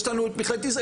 יש לנו את מכללת יזרעאל,